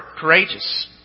courageous